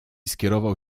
skierował